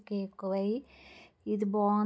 రోజు రోజుకీ ఎక్కువై ఇది బాగుంది